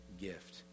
gift